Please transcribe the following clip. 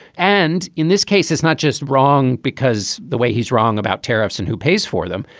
and in this case, it's not just wrong because the way he's wrong about tariffs and who pays for them.